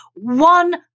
one